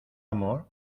amor